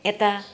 এটা